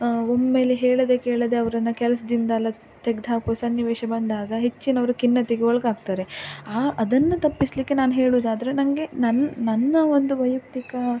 ಒಮ್ಮೆಲೆ ಹೇಳದೆ ಕೇಳದೆ ಅವ್ರನ್ನು ಕೆಲ್ಸದಿಂದೆಲ್ಲ ತೆಗ್ದು ಹಾಕುವ ಸನ್ನಿವೇಶ ಬಂದಾಗ ಹೆಚ್ಚಿನವರ ಖಿನ್ನತೆಗೆ ಒಳಗಾಗ್ತಾರೆ ಅದನ್ನು ತಪ್ಪಿಸಲಿಕ್ಕೆ ನಾನು ಹೇಳುವುದಾದ್ರೆ ನನಗೆ ನನ್ನ ನನ್ನ ಒಂದು ವೈಯಕ್ತಿಕ